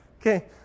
Okay